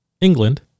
England